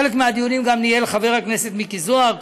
חלק מהדיונים גם ניהל חבר הכנסת מיקי זוהר.